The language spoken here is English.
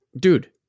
Dude